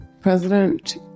president